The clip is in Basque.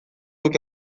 zuk